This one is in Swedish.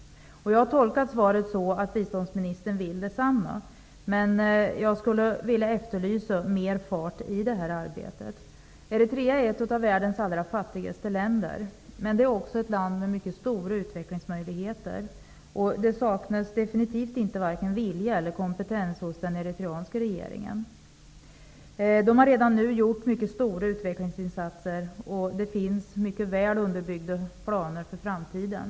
Jag har tolkat svaret så, att biståndsministern vill detsamma, men jag efterlyser mer fart i det här arbetet. Eritrea är ett av världens allra fattigaste länder, men det är också ett land med mycket stora utvecklingsmöjligheter. Det saknas definitivt inte vare sig vilja eller kompetens hos den eritreanska regeringen. Där har man redan nu gjort mycket stora utvecklingsinsatser, och det finns mycket väl underbyggda planer för framtiden.